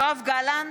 יואב גלנט,